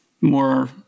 more